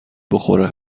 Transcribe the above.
بخوره